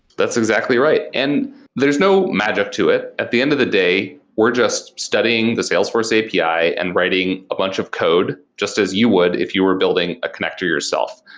that's exactly right. and there's no magic to it. at the end of the day, we're just studying the salesforce api and writing a bunch of code just as you would if you were building a connector yourself.